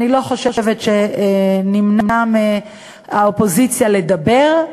אני לא חושבת שנמנע מהאופוזיציה לדבר,